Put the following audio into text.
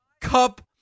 cup